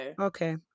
Okay